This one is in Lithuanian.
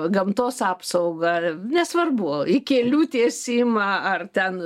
gamtos apsaugą nesvarbu į kelių tiesimą ar ten